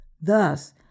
Thus